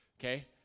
Okay